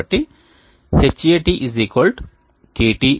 కాబట్టి Hat KT x H0 x RD